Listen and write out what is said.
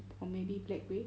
or maybe black grey